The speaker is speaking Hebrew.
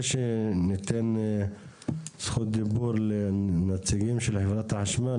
שניתן זכות דיבור לנציגים של חברת החשמל.